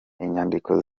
inyandiko